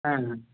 হ্যাঁ হ্যাঁ